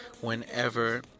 whenever